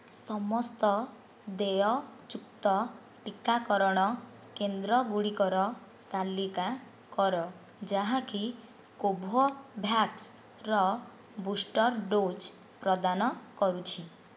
ସମସ୍ତ ଦେୟଯୁକ୍ତ ଟିକାକରଣ କେନ୍ଦ୍ରଗୁଡ଼ିକର ତାଲିକା କର ଯାହାକି କୋଭୋଭ୍ୟାକ୍ସ୍ର ବୁଷ୍ଟର ଡୋଜ୍ ପ୍ରଦାନ କରୁଛି